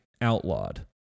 outlawed